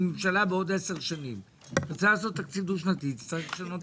מה שמעניין אותי זה מתי מסתיימת שנת בחירות.